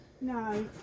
No